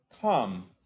come